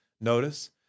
notice